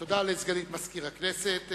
תודה לסגנית מזכיר הכנסת.